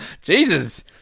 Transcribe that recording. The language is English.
Jesus